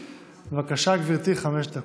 בבקשה, גברתי, חמש דקות.